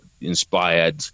inspired